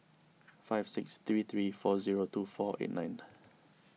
five six three three four zero two four eight nine